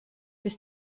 bis